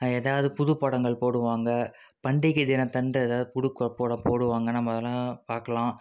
ஏதாவது புதுப்படங்கள் போடுவாங்க பண்டிகை தினத்தன்று எதாவது புது கொ படம் போடுவாங்க நம்ம அதெல்லாம் பார்க்கலாம்